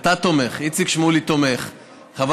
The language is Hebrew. אני תומך.